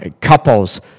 couples